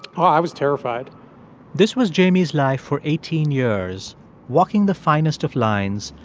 i was terrified this was jamie's life for eighteen years walking the finest of lines,